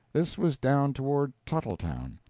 this was down toward tuttletown.